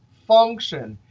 function,